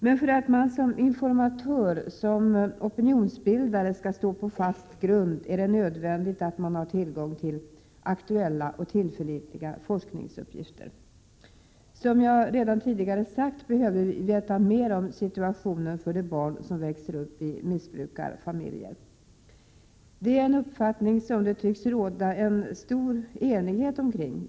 Men för att man som informatör och som opinionsbildare skall stå på fast grund är det nödvändigt att man har tillgång till aktuella och tillförlitliga forskningsuppgifter. Som jag redan tidigare sagt behöver vi veta mer om situationen för de barn som växer upp i missbrukarfamiljer. Det är en uppfattning som det tycks råda stor enighet omkring.